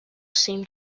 seemed